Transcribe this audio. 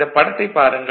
இந்தப் படத்தை பாருங்கள்